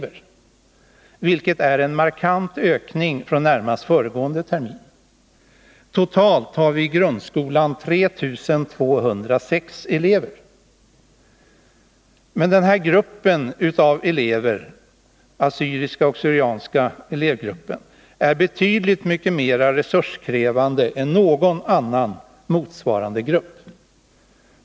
Det är en markant ökning sedan närmast föregående termin. Totalt har vi i grundskolan 3 206 elever. Den assyriska och syrianska elevgruppen är betydligt mera resurskrävande än någon annan motsvarande grupp.